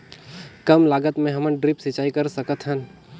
कम लागत मे हमन ड्रिप सिंचाई कर सकत हन?